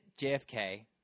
JFK